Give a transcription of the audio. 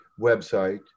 website